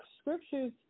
scriptures